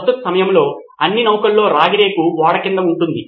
ప్రస్తుత సమయంలో అన్ని నౌకల్లో రాగి రేకు ఓడ కింద ఉంటుంది